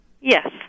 Yes